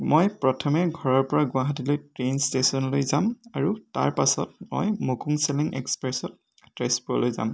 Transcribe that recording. মই প্ৰথমে ঘৰৰ পৰা গুৱাহাটীলৈ ট্ৰেইন ষ্টেচনেলে যাম আৰু তাৰ পাছত মই শ্ৰেণী এক্সপ্ৰেছত তেজপুৰলৈ যাম